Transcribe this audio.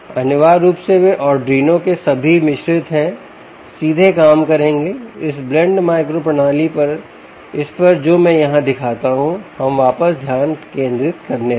अनिवार्य रूप से वे Arduino के सभी मिश्रित है सीधे काम करेंगे इस ब्लेंड माइक्रो प्रणाली पर इस पर जो मैं यहां दिखाता हूं हमें वापस ध्यान केंद्रित करने दें